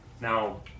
Now